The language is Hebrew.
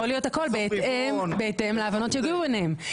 יכול להיות הכול בהתאם להבנות אליהן הגיעו.